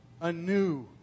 anew